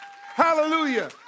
Hallelujah